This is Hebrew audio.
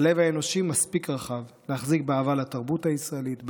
הלב האנושי מספיק רחב להחזיק באהבה לתרבות הישראלית,